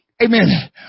amen